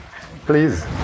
Please